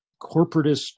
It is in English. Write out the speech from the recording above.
corporatist